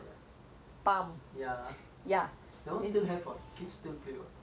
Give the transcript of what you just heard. that [one] still have what kids still play what the babies toddlers